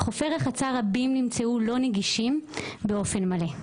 חופי רחצה רבים נמצאו לא נגישים באופן מלא.